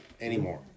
anymore